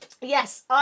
Yes